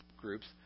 groups